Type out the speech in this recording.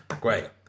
great